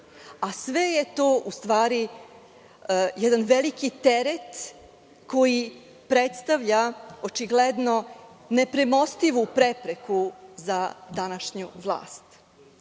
a sve je to, u stvari, jedan veliki teret koji predstavlja očigledno nepremostivu prepreku za današnju vlast. Nije